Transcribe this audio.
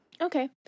Okay